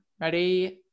Ready